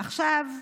עכשיו,